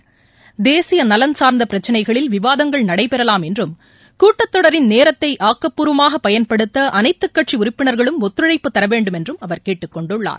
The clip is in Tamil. கேசியநலன் சார்ந்தபிரச்சினைகளில் விவாதங்கள் நடைபெறலாம் என்றும் கூட்டத் தொடரின் நேரத்தைஆக்கப்பூர்வமாகபயன்படுத்தஅனைத்துகட்சிஉறுப்பினர்களும் ஒத்துழைப்பு தரவேண்டும் என்றும் அவர் கேட்டுக்கொண்டுள்ளார்